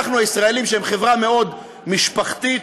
אנחנו הישראלים חברה מאוד משפחתית,